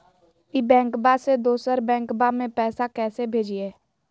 ई बैंकबा से दोसर बैंकबा में पैसा कैसे भेजिए?